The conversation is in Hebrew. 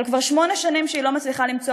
אבל כבר שמונה שנים היא לא מצליחה למצוא